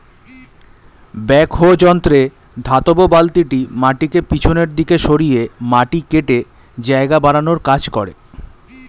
backhoe যন্ত্রে ধাতব বালতিটি মাটিকে পিছনের দিকে সরিয়ে মাটি কেটে জায়গা বানানোর কাজ করে